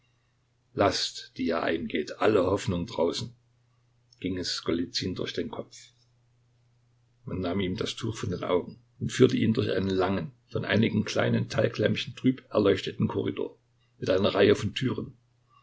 laßt die ihr eingeht alle hoffnung draußen ging es golizyn durch den kopf man nahm ihm das tuch von den augen und führte ihn durch einen langen von einigen kleinen talglämpchen trüb erleuchteten korridor mit einer reihe von türen